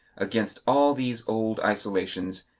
against all these old isolations,